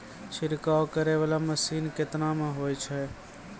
छिड़काव करै वाला मसीन केतना मे होय छै?